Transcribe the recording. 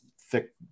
thick